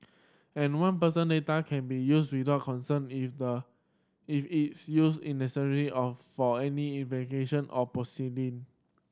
and one personal data can be used without consent if the if its use is necessary of for any or proceeding